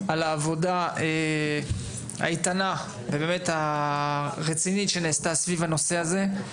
על העבודה האיתנה ובאמת הרצינית שנעשתה סביב הנושא הזה.